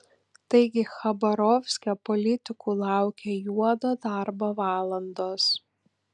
taigi chabarovske politikų laukia juodo darbo valandos